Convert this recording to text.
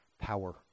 power